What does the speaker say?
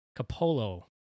Capolo